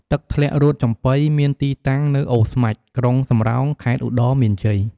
ទឹកធ្លាក់រួតចំបុីមានទីតាំងនៅអូរស្មាច់ ក្រុងសំរោង ខេត្តឧត្តរមានជ័យ។